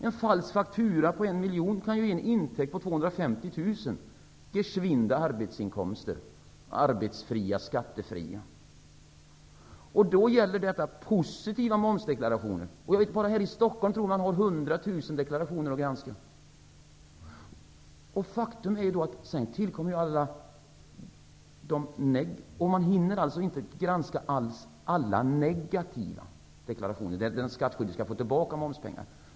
En falsk faktura på en miljon kan ge en intäkt på 250 000. Det är snabba arbetsinkomster som är både arbetsfria och skattefria. Det här gäller positiva momsdeklarationer. Bara här i Stockholm tror jag att man har 100 000 deklarationer att granska. Man hinner inte alls granska alla negativa deklarationer, där den skattskyldige skall få tillbaka momspengar.